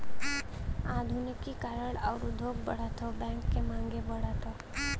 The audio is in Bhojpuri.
आधुनिकी करण आउर उद्योग बढ़त हौ बैंक क मांगो बढ़त हौ